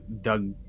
Doug